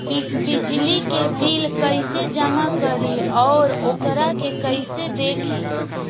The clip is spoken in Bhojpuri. बिजली के बिल कइसे जमा करी और वोकरा के कइसे देखी?